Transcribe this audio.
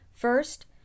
First